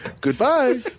Goodbye